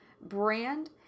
brand